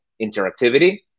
interactivity